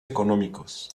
económicos